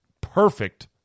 perfect